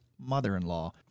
mother-in-law